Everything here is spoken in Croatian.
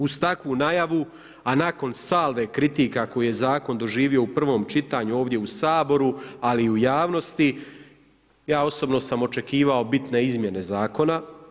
Uz takvu najavu a nakon salve kritika koju je zakon doživio u prvom čitanju ovdje u Saboru ali i u javnosti, ja osobno sam očekivao bitne izmjene zakona.